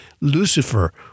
Lucifer